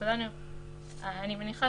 אני מניחה